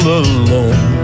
alone